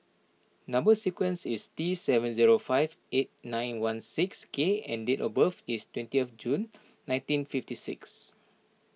Number Sequence is T seven zero five eight nine one six K and date of birth is twentieth June nineteen fifty six